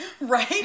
right